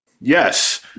Yes